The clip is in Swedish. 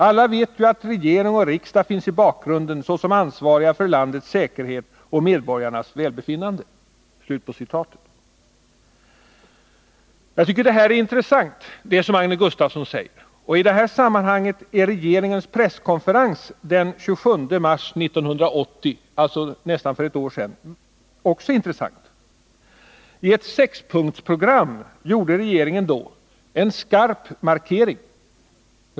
Alla vet ju att regering och riksdag finns i bakgrunden såsom ansvariga för landets säkerhet och medborgarnas välbefinnande.” Jag tycker att det är intressant som Agne Gustafsson här säger. I detta sammanhang är regeringens presskonferens den 27 mars 1980 — alltså för nästan ett år sedan — också intressant. I ett sexpunktsprogram gjorde regeringen då en skarp markering.